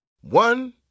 One